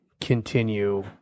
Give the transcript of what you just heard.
continue